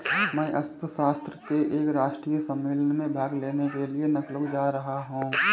मैं अर्थशास्त्र के एक राष्ट्रीय सम्मेलन में भाग लेने के लिए लखनऊ जा रहा हूँ